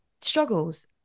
struggles